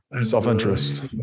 Self-interest